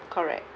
correct